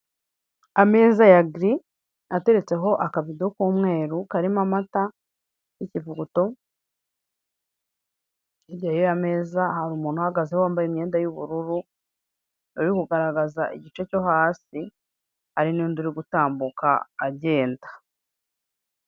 Ameza ya giri, ateretseho akabido k'umweru karimo amata y'ikivuguto, hirya yaya meza hari umuntu uhagaze ho wambaye imyenda y'ubururu, uri kugaragaza igice cyo hasi, hari n'undi uri gutambuka agenda.